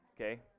okay